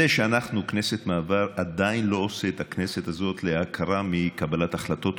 זה שאנחנו כנסת מעבר עדיין לא עושה את הכנסת הזאת לעקרה מקבלת החלטות,